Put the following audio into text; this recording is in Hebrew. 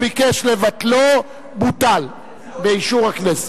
התשע"א 2010, נתקבלה.